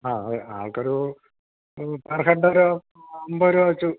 ആ ആ ആൾക്കൊരൂ പെർ ഹെഡൊരു അമ്പത് രൂപ വച്ച്